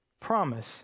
promise